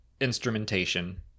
instrumentation